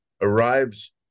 arrives